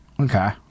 Okay